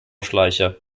schleicher